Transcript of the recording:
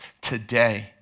today